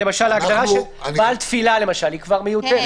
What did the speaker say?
למשל הגדרה של בעל תפילה כבר מיותרת.